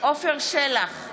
עפר שלח,